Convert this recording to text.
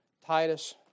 Titus